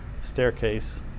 staircase